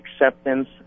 acceptance